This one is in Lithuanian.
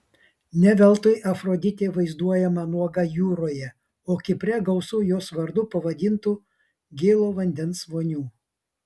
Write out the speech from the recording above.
ne veltui afroditė vaizduojama nuoga jūroje o kipre gausu jos vardu pavadintų gėlo vandens vonių